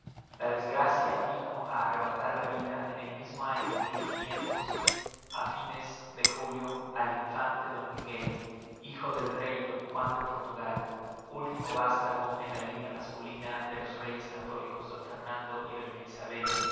la desgracia vino á arrebatar la vida en el mismo año de á fines de julio al infante d miguel hijo del rey d juan de portugal último vástago en la línea masculina de los reyes católicos d fernando y doña isabel